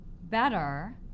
better